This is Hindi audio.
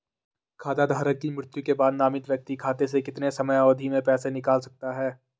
खाता धारक की मृत्यु के बाद नामित व्यक्ति खाते से कितने समयावधि में पैसे निकाल सकता है?